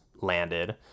landed